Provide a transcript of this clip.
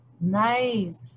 Nice